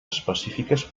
específiques